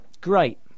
great